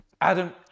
Adam